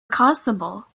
constable